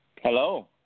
Hello